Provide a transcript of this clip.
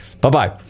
Bye-bye